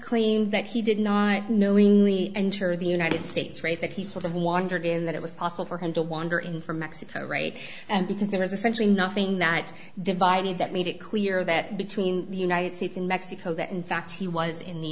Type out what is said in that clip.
claimed that he did not knowingly enter the united states right that he sort of wandered in that it was possible for him to wander in from mexico right and because there was essentially nothing that divided that made it clear that between the united states and mexico that in fact he was in the